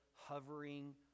hovering